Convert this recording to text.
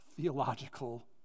theological